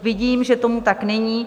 Vidím, že tomu tak není.